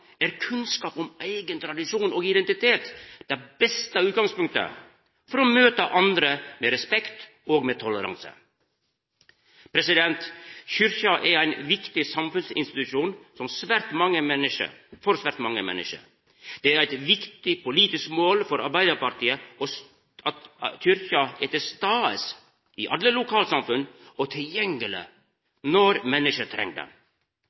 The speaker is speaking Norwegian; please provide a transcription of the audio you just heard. er kunnskap om eigen tradisjon og identitet det beste utgangspunktet for å møta andre med respekt og med toleranse. Kyrkja er ein viktig samfunnsinstitusjon for svært mange menneske. Det er eit viktig politisk mål for Arbeidarpartiet at Kyrkja er til stades i alle lokalsamfunn og tilgjengeleg når menneske treng